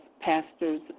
Pastors